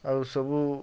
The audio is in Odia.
ଆଉ ସବୁ